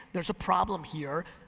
there's a problem here.